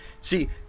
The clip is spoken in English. See